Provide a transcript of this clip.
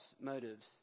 motives